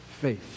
faith